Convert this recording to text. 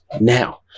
Now